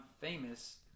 famous